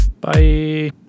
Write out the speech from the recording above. Bye